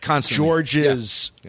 George's